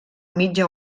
mitja